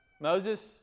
Moses